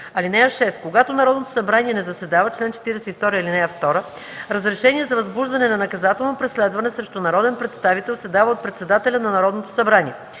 (6) Когато Народното събрание не заседава (чл. 42, ал. 2), разрешение за възбуждане на наказателно преследване срещу народен представител се дава от председателя на Народното събрание.